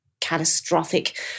catastrophic